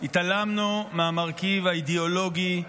התעלמנו מהמרכיב האידיאולוגי,